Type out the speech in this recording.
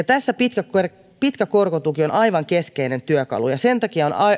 tässä pitkä korkotuki on aivan keskeinen työkalu ja sen takia on